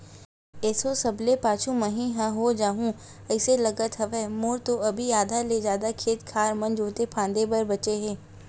एसो सबले पाछू मही ह हो जाहूँ अइसे लगत हवय, मोर तो अभी आधा ले जादा खेत खार मन जोंते फांदे बर बचें हे